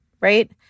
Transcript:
Right